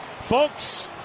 folks